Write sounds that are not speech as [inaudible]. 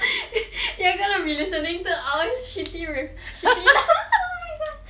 [laughs] they are gonna be listening to our shitty rec~ uh shitty [laughs] oh my god